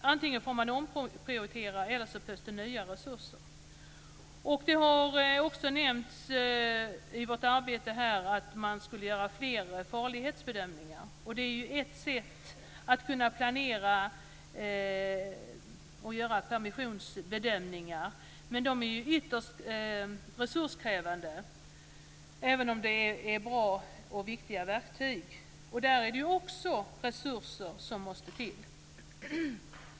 Antingen får man omprioritera eller tillföra nya resurser. Det har föreslagits att man skulle göra fler farlighetsbedömningar. Det är ett sätt att underlätta planeringen och göra permissionsbedömningar. Men farlighetsbedömningar är ytterst resurskrävande, även om de är bra verktyg. Där måste det också till resurser.